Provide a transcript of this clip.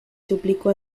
suplicó